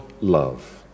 love